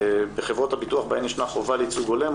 בחברות הביטוח בהן ישנה חובה לייצוג הולם,